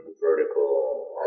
vertical